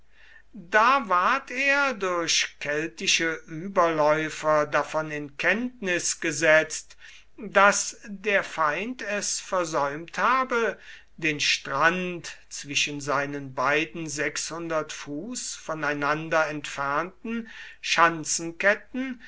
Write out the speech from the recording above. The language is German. da ward er durch keltische überläufer davon in kenntnis gesetzt daß der feind es versäumt habe den strand zwischen seinen beiden fuß voneinander entfernten